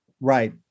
Right